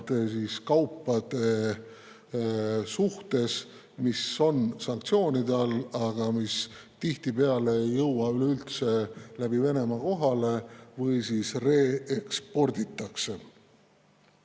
kaupade suhtes, mis on sanktsioonide all, aga mis tihtipeale ei jõua üleüldse läbi Venemaa kohale või reeksporditakse.